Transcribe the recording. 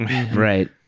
Right